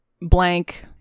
blank